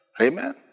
Amen